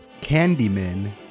candyman